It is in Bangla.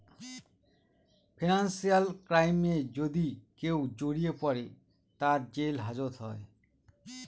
ফিনান্সিয়াল ক্রাইমে যদি কেউ জড়িয়ে পরে, তার জেল হাজত হয়